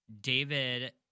David